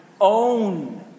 own